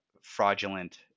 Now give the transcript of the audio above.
fraudulent